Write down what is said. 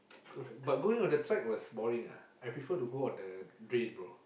but going on the track was boring ah I prefer to go on the drain bro